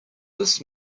this